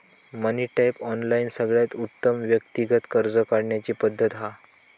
मनी tap, online सगळ्यात उत्तम व्यक्तिगत कर्ज काढण्याची पद्धत हा